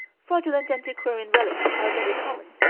fraudulent antiquarian relics are very common,